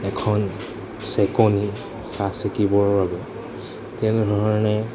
এখন চেকনি চাহ চেকিবৰৰ বাবে তেনেধৰণে